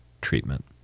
treatment